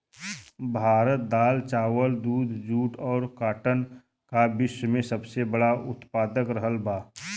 भारत दाल चावल दूध जूट और काटन का विश्व में सबसे बड़ा उतपादक रहल बा